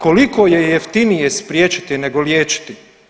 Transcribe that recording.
Koliko je jeftinije spriječiti nego liječiti?